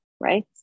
right